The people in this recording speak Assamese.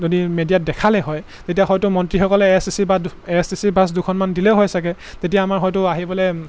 যদি মিডিয়াত দেখালে হয় তেতিয়া হয়তো মন্ত্ৰীসকলে এ এছ টি চি বা A S T C bus দুখনমান দিলে হয় চাগে তেতিয়া আমাৰ হয়তো আহিবলৈ